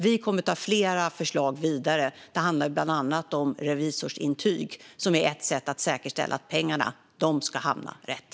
Vi kommer att ta flera förslag vidare. Det handlar bland annat om revisorsintyg, som är ett sätt att säkerställa att pengarna hamnar rätt.